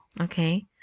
Okay